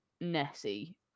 nessie